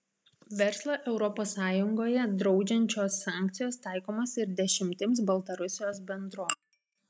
verslą europos sąjungoje draudžiančios sankcijos taikomos ir dešimtims baltarusijos bendrovių